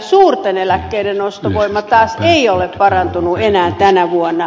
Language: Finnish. suurten eläkkeitten ostovoima taas ei ole parantunut enää tänä vuonna